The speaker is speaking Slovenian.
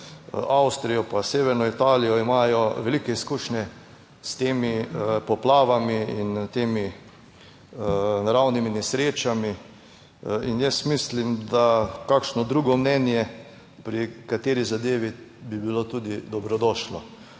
Avstrijo pa severno Italijo, imajo velike izkušnje s temi poplavami in temi naravnimi nesrečami. In jaz mislim, da kakšno drugo mnenje pri kateri zadevi bi bilo tudi dobrodošlo,